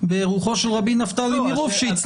ברוחו של רבי נפתלי מרופשיץ,